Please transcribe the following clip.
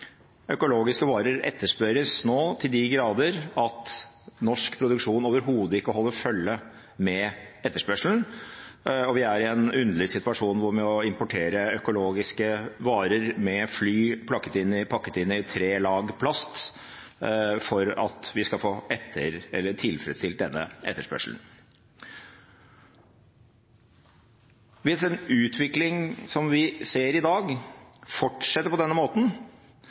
Økologiske varer etterspørres nå så til de grader at norsk produksjon overhodet ikke holder følge med etterspørselen, og vi er i den underlige situasjonen at vi må importere økologiske varer – pakket inn i tre lag plast – med fly for at vi skal få tilfredsstilt denne etterspørselen. Hvis den utviklingen som vi ser i dag, fortsetter på denne måten,